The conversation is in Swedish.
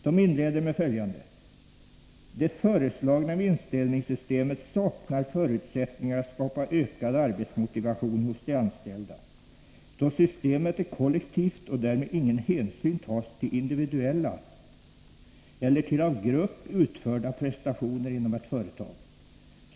Det inleder med följande: ”Det föreslagna vinstdelningssys temet saknar förutsättningar att skapa ökad arbetsmotivation hos de anställda, då systemet är kollektivt och därmed ingen hänsyn tas till individuella eller till av grupp utförda prestationer inom ett företag.